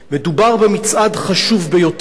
מדובר במצעד חשוב ביותר,